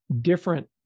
different